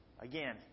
Again